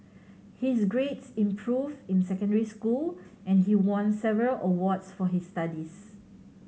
his grades improved in secondary school and he won several awards for his studies